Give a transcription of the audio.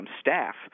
staff